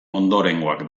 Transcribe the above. ondorengoak